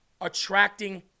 attracting